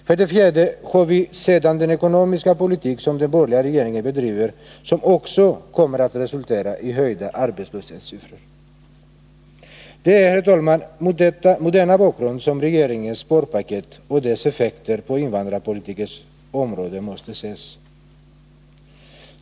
För det fjärde kommer den ekonomiska politik som den borgerliga regeringen bedriver att resultera i höjda arbetslöshetssiffror. Det är, herr talman, mot denna bakgrund som regeringens sparpaket och dess effekter på invandrarpolitikens område måste ses.